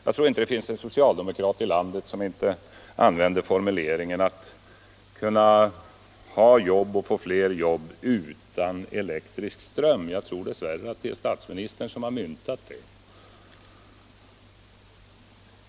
Jag tror inte det finns en socialdemokrat i landet som inte har frågat hur man skall kunna klara flera jobb utan elektrisk ström. Jag tror dess värre att statsministern har myntat det uttrycket.